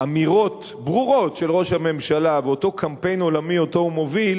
אמירות ברורות של ראש הממשלה ואותו קמפיין עולמי שאותו הוא מוביל